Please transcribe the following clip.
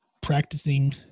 practicing